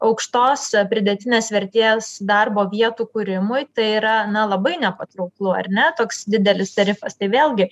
aukštos pridėtinės vertės darbo vietų kūrimui tai yra na labai nepatrauklu ar ne toks didelis tarifas tai vėlgi